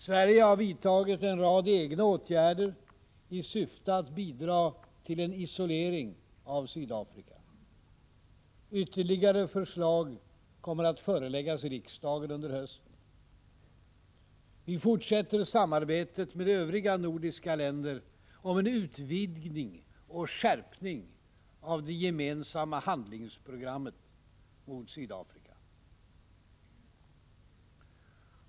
Sverige har vidtagit en rad egna åtgärder i syfte att bidra till en isolering av Sydafrika. Ytterligare förslag kommer att föreläggas riksdagen under hösten. Vi fortsätter samarbetet med övriga nordiska länder om en utvidgning och skärpning av det gemensamma handlingsprogrammet mot Sydafrika.